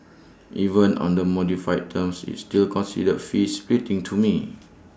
even on the modified terms it's still considered fee splitting to me